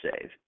save